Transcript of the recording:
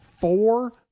four